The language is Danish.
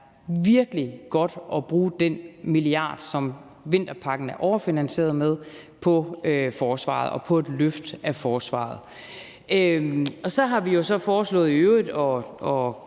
virkelig godt at bruge den milliard, som vinterpakken er overfinansieret med, på forsvaret og på et løft af forsvaret. Så har vi i øvrigt foreslået at